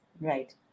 Right